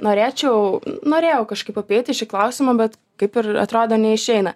norėčiau norėjau kažkaip apeiti šį klausimą bet kaip ir atrodo neišeina